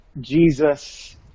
Jesus